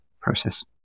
process